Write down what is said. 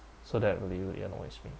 so that really annoys me